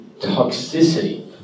toxicity